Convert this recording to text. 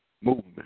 movement